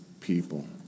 people